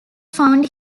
found